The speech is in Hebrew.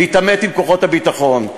עם כוחות הביטחון,